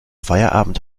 feierabend